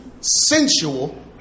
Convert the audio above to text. sensual